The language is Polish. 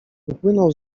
upłynął